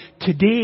today